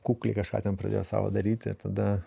kukliai kažką ten pradėjo savo daryt ir tada